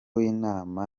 w’inama